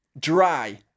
Dry